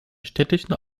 städtischen